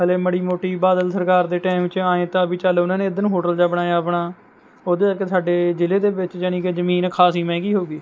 ਹਲੇ ਮਾੜੀ ਮੋਟੀ ਬਾਦਲ ਸਰਕਾਰ ਦੇ ਟੈਂਮ ਚੋ ਐ ਤਾ ਵੀ ਚੱਲ ਉਹਨਾਂ ਨੇ ਏਧਰ ਨੂੰ ਹੋਟਲ ਜਾ ਬਣਾਇਆ ਆਪਣਾ ਉਦੇ ਕਰਕੇ ਸਾਡੇ ਜਿਲ੍ਹੇ ਦੇ ਵਿੱਚ ਜਣੀ ਕੇ ਜ਼ਮੀਨ ਖਾਸੀ ਮਹਿੰਗੀ ਹੋ ਗਈ